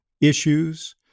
issues